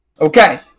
Okay